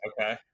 Okay